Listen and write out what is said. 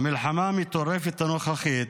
במלחמה המטורפת הנוכחית,